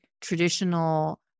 traditional